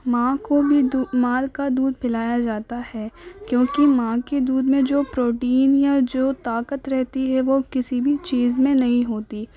ماں کو بھی ماں کا دودھ پلایا جاتا ہے کیونکہ ماں کے دودھ میں جو پروٹین یا جو طاقت رہتی ہے وہ کسی بھی چیز میں نہیں ہوتی